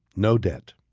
no debt.